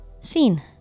scene